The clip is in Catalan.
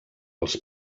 els